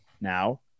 now